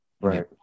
Right